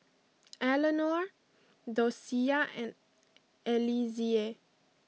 Eleanore Dosia and Eliezer